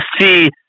see